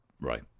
right